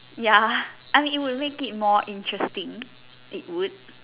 ya I mean it would make it more interesting it would